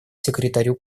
секретарю